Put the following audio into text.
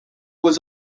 was